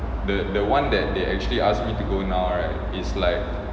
the the one that they actually ask me to go now right is like